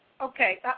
okay